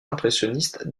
impressionniste